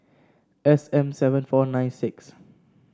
S M seven four nine six